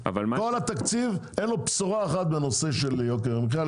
כל התקציב אין לו בשורה אחת לנושא של יוקר המחיה,